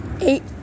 Eight